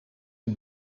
een